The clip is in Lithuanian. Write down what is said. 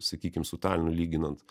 sakykim su talinu lyginant